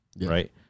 Right